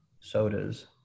sodas